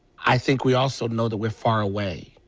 i think we also know that we are far away.